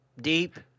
deep